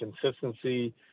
consistency